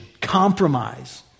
compromise